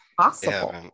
possible